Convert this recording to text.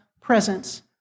presence